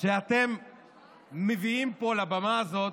שאתם מביאים פה לבמה הזאת,